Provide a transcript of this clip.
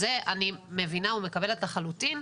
את זה אני מבינה ומקבלת לחלוטין,